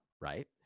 right